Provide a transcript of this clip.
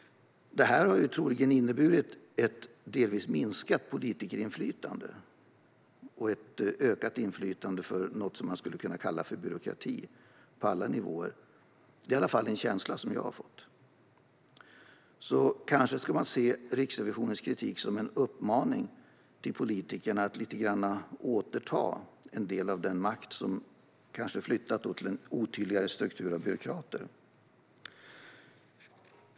Det har troligen inneburit ett delvis minskat politikerinflytande och ett ökat inflytande för något som man skulle kunna kalla för byråkrati på alla nivåer. Det är i alla fall en känsla som jag har fått. Kanske ska man därför se Riksrevisionens kritik som en uppmaning till politikerna att lite grann återta en del av den makt som kanske flyttat till en otydligare struktur av byråkrater.